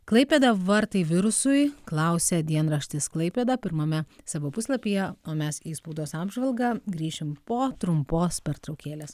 klaipėda vartai virusui klausia dienraštis klaipėda pirmame savo puslapyje o mes į spaudos apžvalgą grįšim po trumpos pertraukėlės